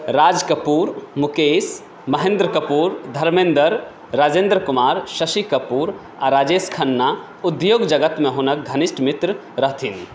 राज कपूर मुकेश महेन्द्र कपूर धर्मेन्द्र राजेन्द्र कुमार शशि कपूर आ राजेश खन्ना उद्योगजगतमे हुनक घनिष्ठ मित्र रहथिन